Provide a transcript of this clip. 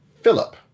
Philip